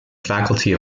faculty